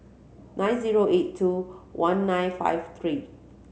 nine zero eight two one nine five three